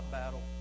battle